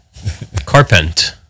carpent